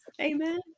amen